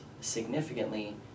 significantly